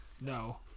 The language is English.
No